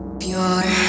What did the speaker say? pure